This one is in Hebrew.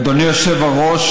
אדוני היושב-ראש,